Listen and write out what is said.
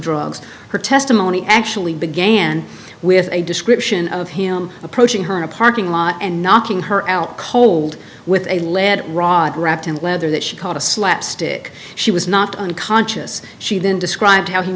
drugs her testimony actually began with a description of him approaching her in a parking lot and knocking her out cold with a lead rod wrapped in leather that she called a slapstick she was not unconscious she then described how he